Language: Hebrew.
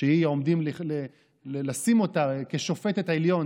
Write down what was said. שעומדים לשים אותה כשופטת בעליון,